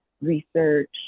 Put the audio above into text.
research